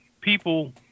people